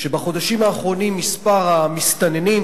שבחודשים האחרונים מספר המסתננים,